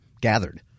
gathered